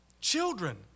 Children